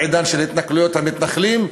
בעידן של התנכלויות המתנחלים,